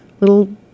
little